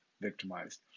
victimized